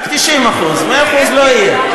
רק 90%. 100% לא יהיה.